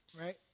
right